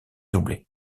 doublées